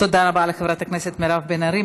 תודה רבה לחברת הכנסת מירב בן ארי.